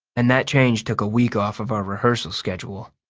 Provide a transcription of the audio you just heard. and that change took a week off of our rehearsal schedule.